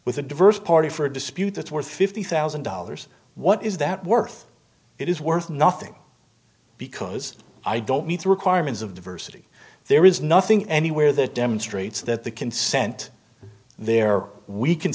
with a diverse party for a dispute that's worth fifty thousand dollars what is that worth it is worth nothing because i don't meet the requirements of diversity there is nothing anywhere that demonstrates that the consent there we c